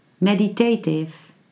meditative